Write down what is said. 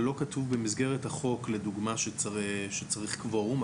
לא כתוב במסגרת החוק לדוגמה שצריך קוורום,